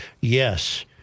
Yes